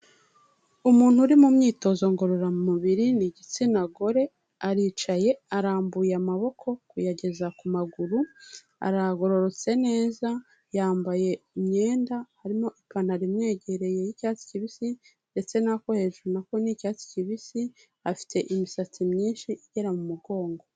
Umuntu uri mu myitozo ngororamubiri, ni igitsina gore, aricaye, arambuye amaboko kuyageza ku maguru, aragororotse neza, yambaye imyenda harimo ipantaro imwegereye y'icyatsi kibisi, ndetse n'ako hejuru nako nicyatsi kibisi, afite imisatsi myinshi igera mu mugongo.